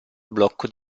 blocco